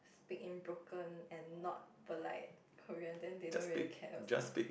speak in broken and not polite Korean then they don't really care also